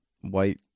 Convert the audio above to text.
white